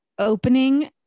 opening